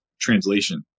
translation